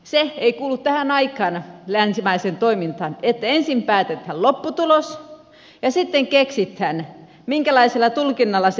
se ei kuulu tähän aikaan länsimaiseen toimintaan että ensin päätetään lopputulos ja sitten keksitään minkälaisella tulkinnalla se onnistuu